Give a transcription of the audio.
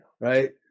right